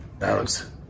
Alex